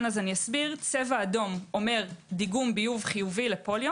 צבע אדום אומר דיגום ביוב חיובי לפוליו.